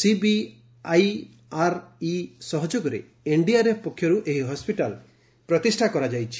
ସିବିଆର୍ଆଇର ସହଯୋଗରେ ଏନ୍ଡିଆର୍ଏଫ୍ ପକ୍ଷରୁ ଏହି ହସ୍କିଟାଲ ପ୍ରତିଷ୍ଠା କରାଯାଇଛି